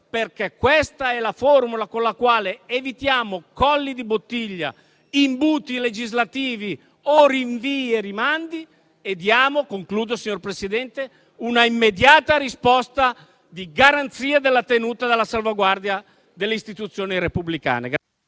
Senato. Questa è la formula con la quale evitiamo colli di bottiglia, imbuti legislativi o rinvii e rimandi, e in tal modo diamo una risposta immediata di garanzia della tenuta e dalla salvaguardia delle istituzioni repubblicane.